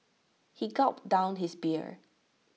he gulped down his beer